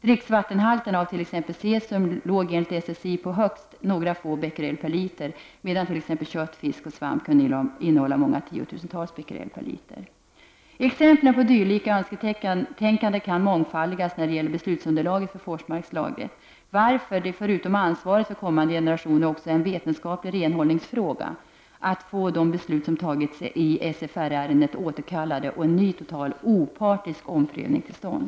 Dricksvattenhalterna av t.ex. cesium låg enligt SSI på högst några få bequerel per liter medan t.ex. kött, fisk och svamp kunde innehålla många tiotusentals bequerel per liter. Exemplen på dylika önsketänkanden kan mångfaldigas när det gäller beslutsunderlaget för Forsmarkslagret, varför det förutom ansvaret för kommande generationer också är en vetenskaplig renhållningsfråga att få de beslut som tagits i SFR-ärendet återkallade och att få en ny total opartisk omprövning till stånd.